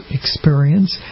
experience